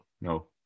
no